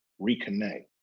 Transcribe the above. Reconnect